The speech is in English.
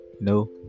No